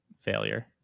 failure